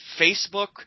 Facebook –